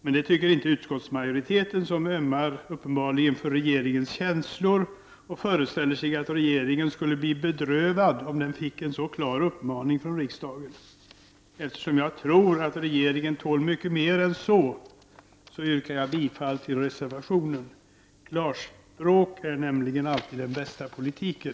Men det tycker inte utkottsmajoriteten, som uppenbarligen ömmar för regeringens känslor och föreställer sig att regeringen skulle bli bedrövad om den fick en så klar uppmaning från riksdagen. Eftersom jag tror att regeringen tål mycket mer än så, yrkar jag bifall till reservationen. Klarspråk är nämligen alltid det bästa i politiken.